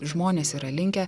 žmonės yra linkę